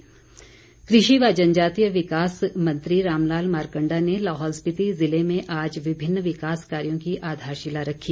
मारकंडा कृषि व जनजातीय विकास मंत्री रामलाल मारकंडा ने लाहौल स्पिति जिले में आज विभिन्न विकास कार्यो की आधारशिला रखी